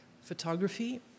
photography